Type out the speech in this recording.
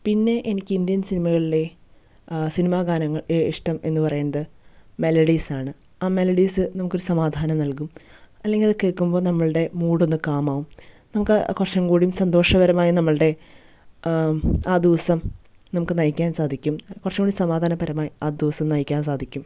പിന്നേ എനിക്ക് ഇന്ത്യൻ സിനിമകളിലേ സിനിമാ ഗാനങ്ങൾ ഇഷ്ടം എന്നു പറയുന്നത് മേലഡീസ് ആണ് ആ മേലഡീസ് നമുക്ക് സമാധാനം നൽകും അല്ലെങ്കിൽ അത് കേൾക്കുമ്പോൾ നമ്മളുടെ മൂഡ് ഒന്ന് കാം ആകും നമുക്ക് കുറച്ചും കൂടി സന്തോഷകരമായ നമ്മളുടെ ആ ദിവസം നമുക്ക് നയിക്കാൻ സാധിക്കും കുറച്ചും കൂടി സമാധാനപരമായി ആ ദിവസം നയിക്കാൻ സാധിക്കും